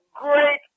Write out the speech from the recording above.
great